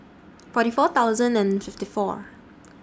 forty four thousand and fifty four